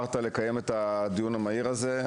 שנעתרת לקיים את הדיון המהיר הזה.